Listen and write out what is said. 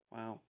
Wow